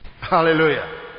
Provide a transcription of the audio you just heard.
Hallelujah